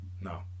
no